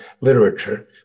literature